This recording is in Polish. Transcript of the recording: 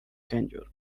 kędzior